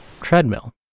treadmill